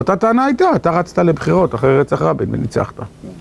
אותה טענה הייתה - אתה רצת לבחירות אחרי רצח רבין וניצחת.